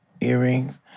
earrings